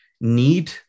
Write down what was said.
need